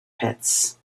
pits